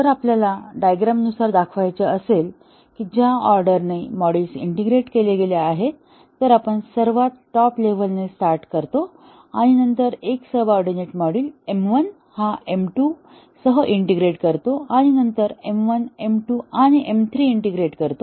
जर आपल्याला डायग्रॅमनुसार दाखवायचे असेल की ज्या ऑर्डर ने मॉड्यूल्स इंटिग्रेट केले गेले आहेत तर आपण सर्वात टॉप लेवल ने स्टार्ट करतो आणि नंतर एक सबऑर्डिनेट मॉड्यूल M1 हा M2 सह इंटिग्रेट करतो आणि नंतर M1 M2 आणि M3 इनिग्रेट करतो